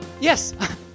yes